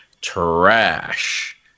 Trash